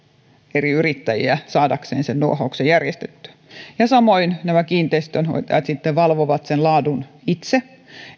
eri yrittäjiä saadakseen nuohouksen järjestettyä samoin kiinteistön hoitajat valvovat laadun itse